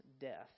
death